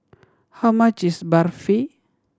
how much is Barfi